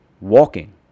walking